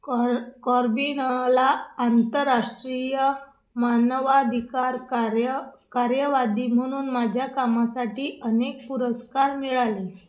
कॉर कॉर्बिनला आंतरराष्ट्रीय मानवाधिकार कार्य कार्यवादी म्हणून माझ्या कामासाठी अनेक पुरस्कार मिळाले